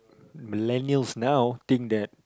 millennials now think that